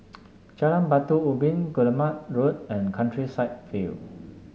Jalan Batu Ubin Guillemard Road and Countryside View